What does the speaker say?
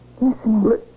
Listening